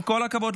עם כל הכבוד,